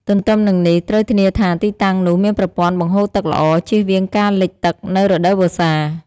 ទន្ទឹមនឹងនេះ ត្រូវធានាថាទីតាំងនោះមានប្រព័ន្ធបង្ហូរទឹកល្អ ជៀសវាងការលិចទឹកនៅរដូវវស្សា។